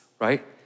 right